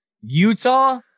Utah